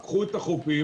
קחו את החופים,